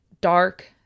dark